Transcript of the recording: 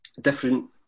different